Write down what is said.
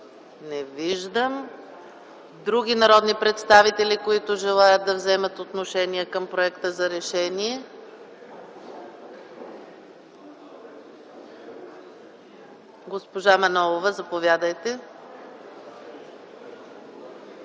Не виждам. Има ли други народни представители, които желаят да вземат отношение към проекта за решение? Госпожо Манолова, заповядайте.